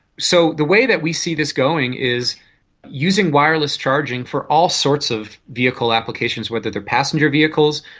so the way that we see this going is using wireless charging for all sorts of vehicle applications, whether they are passenger vehicles,